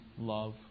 love